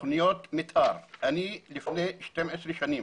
תוכניות מתאר לפני 12 שנים